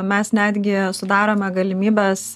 mes netgi sudarome galimybes